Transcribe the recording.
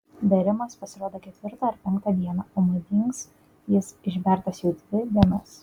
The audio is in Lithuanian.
bėrimas pasirodo ketvirtą ar penktą dieną o manding jis išbertas jau dvi dienas